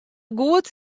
goed